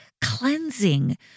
cleansing